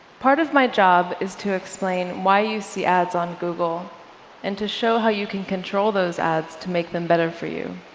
part of my job is to explain why you see ads on google and to show how you can control those ads to make them better for you.